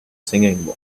singing